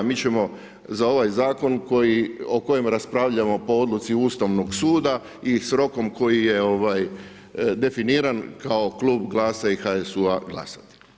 Mi ćemo za ovaj zakon o kojem raspravljamo po odluci Ustavnog suda i s rokom koji je definiran kao klub GLAS-a i HSU-a glasati.